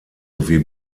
sowie